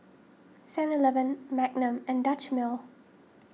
Seven Eleven Magnum and Dutch Mill